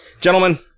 Gentlemen